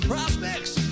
prospects